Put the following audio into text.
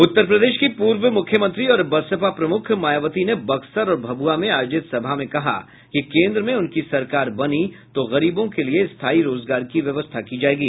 उत्तर प्रदेश की पूर्व मुख्यमंत्री और बसपा प्रमुख मायावती ने बक्सर और भभुआ में आयोजित सभा में कहा कि केंद्र में उनकी सरकार बनी तो गरीबों के लिये स्थायी रोजगार की व्यवस्था की जायेगी